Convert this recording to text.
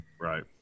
Right